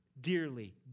dearly